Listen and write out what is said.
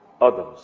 others